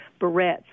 barrettes